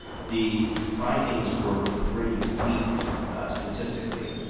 the findings were pretty weak statistically.